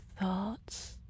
thoughts